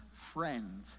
friend